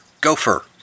Gopher